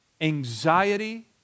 anxiety